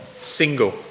single